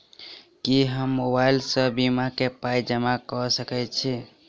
की हम मोबाइल सअ बीमा केँ पाई जमा कऽ सकैत छी?